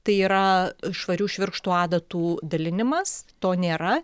tai yra švarių švirkštų adatų dalinimas to nėra